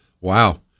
Wow